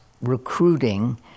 recruiting